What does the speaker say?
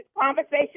conversation